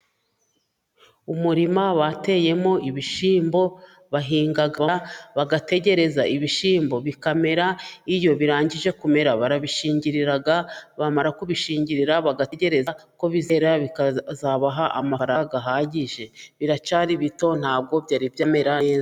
Umurima bateyemo ibishyimbo bahinga bategereza ibishyimbo bikamera iyo birangije kumera barabishingirira bamara kubishingirira bagategereza ko bizera bikazabaha amafaranga ahagije. biracyari bito ntabwo birera neza.